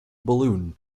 balloon